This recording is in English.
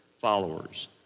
followers